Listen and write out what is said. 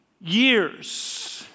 years